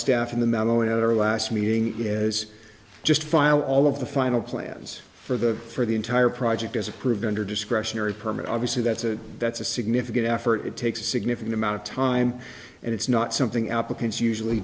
staff in the memo and our last meeting is just file all of the final plans for the for the entire project as approved under discretionary permit obviously that's a that's a significant effort it takes a significant amount of time and it's not something applicants usually